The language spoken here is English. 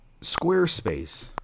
Squarespace